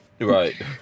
Right